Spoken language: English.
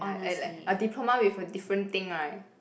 ya and like a diploma with a different thing right